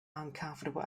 uncomfortable